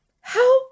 How